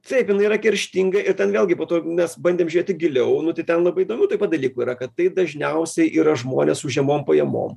taip jinai yra kerštinga ir ten vėlgi po to mes bandėm žiūrėti giliau nu tai ten labai įdomių taip pat dalykų yra kad tai dažniausiai yra žmonės su žemom pajamom